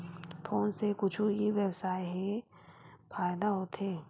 Phone से कुछु ई व्यवसाय हे फ़ायदा होथे?